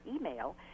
email